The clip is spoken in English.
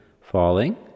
falling